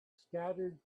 scattered